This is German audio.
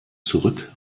zurück